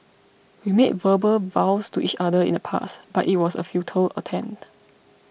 we made verbal vows to each other in the past but it was a futile attempt